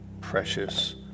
precious